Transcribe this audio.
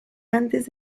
antes